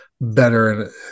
better